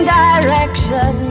direction